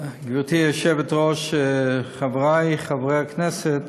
גברתי היושבת-ראש, חברי חברי הכנסת,